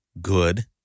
good